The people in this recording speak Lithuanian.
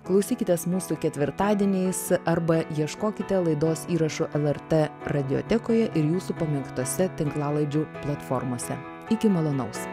klausykitės mūsų ketvirtadieniais arba ieškokite laidos įrašų lrt radiotekoje ir jūsų pamėgtose tinklalaidžių platformose iki malonaus